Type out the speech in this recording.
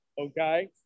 Okay